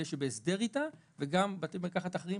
אלה שבהסדר איתה וגם בתי מרקחת אחרים